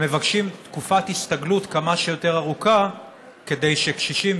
אבל מבקשים תקופת הסתגלות כמה שיותר ארוכה כדי שקשישים,